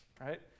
right